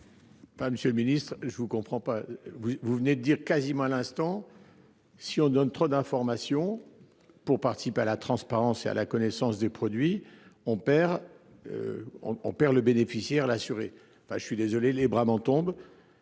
Monsieur le Ministre, je vous comprends pas, vous vous venez dire quasiment à l'instant. Si on donne trop d'informations pour participer à la transparence et à la connaissance des produits, on perd. On perd le bénéficiaire l'assuré enfin je suis désolé, les bras m'en tombent.